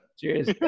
Cheers